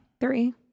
Three